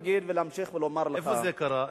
איפה זה קרה?